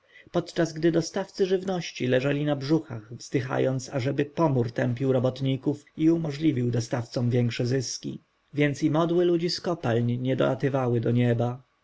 podczas gdy dostawcy żywności leżeli na brzuchach wzdychając ażeby pomór tępił robotników i umożliwił dostawcom większe zyski więc i modły ludzi z kopalń nie dolatywały do nieba